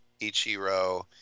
Ichiro